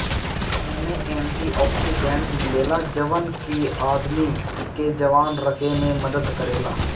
एमे anti oxidant मिलेला जवन की आदमी के जवान रखे में मदद करेला